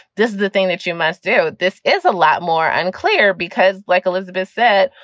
this is the thing that you must do. this is a lot more unclear because like elizabeth said,